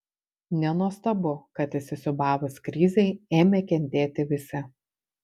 nenuostabu kad įsisiūbavus krizei ėmė kentėti visi